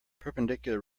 perpendicular